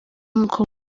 nk’uko